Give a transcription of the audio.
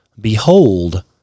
behold